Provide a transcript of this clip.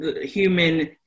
human